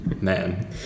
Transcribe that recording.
Man